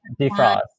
Defrost